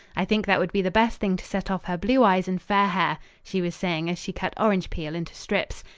i think that would be the best thing to set off her blue eyes and fair hair, she was saying as she cut orange peel into strips.